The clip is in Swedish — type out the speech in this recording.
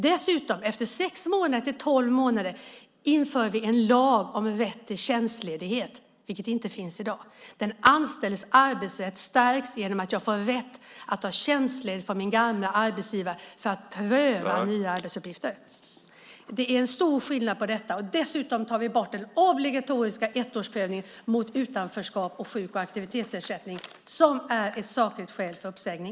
Vi inför en lag om rätt till tjänstledighet efter sex-tolv månader. Det finns inte i dag. Den anställdes arbetsrätt stärks genom att man får rätt att ta tjänstledigt från den gamla arbetsgivaren för att pröva nya arbetsuppgifter. Det är stor skillnad. Dessutom tar vi bort den obligatoriska ettårsprövningen i fråga om utanförskap och sjuk och aktivitetsersättning - ett sakligt skäl för uppsägning.